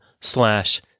slash